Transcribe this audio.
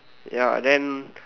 ya then